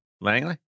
Langley